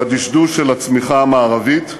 בדשדוש של הצמיחה המערבית,